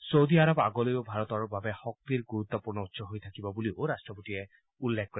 Saudi Arab আগলৈয়ো ভাৰতৰ বাবে শক্তিৰ গুৰুত্বপূৰ্ণ উৎস হৈ থাকিব বুলি ৰাষ্টপতিয়ে উল্লেখ কৰে